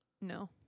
no